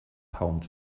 pound